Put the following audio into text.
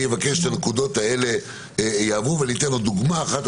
אני אתן עוד דוגמה אחת,